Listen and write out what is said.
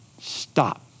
stop